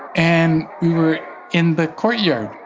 and we were in the courtyard